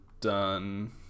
done